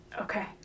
Okay